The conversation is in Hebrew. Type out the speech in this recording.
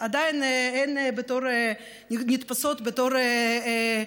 עדיין נתפסות בתור: